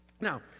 Now